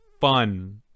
fun